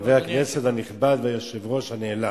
חבר הכנסת הנכבד והיושב-ראש הנעלה,